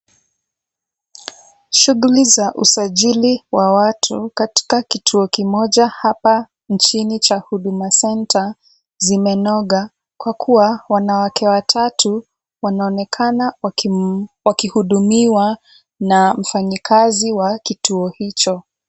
Shughuli za usajili wa watu katika kituo kimoja hapa nchini cha huduma centre zimenoga kwa kua wanawake watatu wanaonekana wakihudumiwa na mfanyikazi wa kituo hicho.